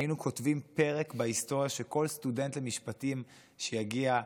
היינו כותבים פרק בהיסטוריה שכל סטודנט למשפטים שיגיע,